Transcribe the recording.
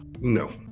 No